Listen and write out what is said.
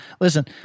Listen